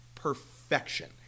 Perfection